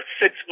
six